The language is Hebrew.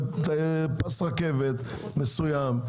זה פס רכבת מסוים.